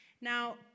Now